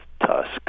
tusk